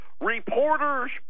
Reporters